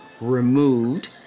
removed